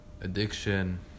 addiction